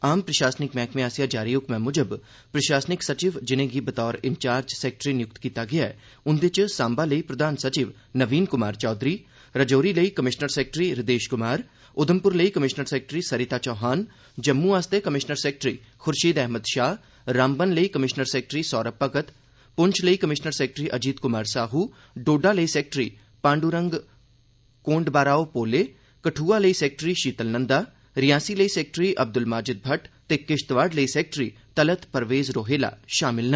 आम प्रशासनिक मैह्कमें आसेया जारी हुक्मै मूजब प्रशासनिक सचिव जिनेंगी बतौर इन्वार्ज सैक्रेट्री नियुक्त कीता गेया ऐ उन्दे च साम्बा लेई प्रधान संचिव नवीन कुमार चौघरी राजोरी लेई कमीश्नर सैक्रेट्री ह्विदेश कुमार उघमपुर लेई कमीश्नर सैक्रेट्री सरिता चौहान जम्मू आस्तै कमीश्नर सैक्रेट्री खुर्शीद अहमद शाह रामबन लेई कमीश्नर सैक्रेट्री सौरम भगत पुंछ लेई कमीश्नर सैक्रेट्री अजीत कुमार साहू डोडा लेई सैक्रेट्री पांडूरंग कोंडबाराओ पोले कदुआ लेई सैक्रेट्री शीतल नन्दा रियासी लेई सैक्रेट्री अब्दुल माजिद भट्ट ते किश्तवाड़ लेई सैक्रेट्री तलत परवेज़ रोहेला शामल न